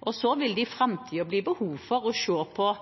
kirke. Så vil det i framtiden bli behov for å se på